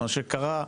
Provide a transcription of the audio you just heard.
מה שקרה,